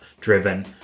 driven